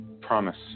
promise